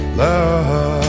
love